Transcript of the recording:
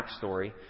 backstory